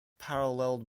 paralleled